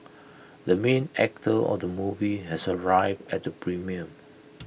the main actor of the movie has arrived at the premiere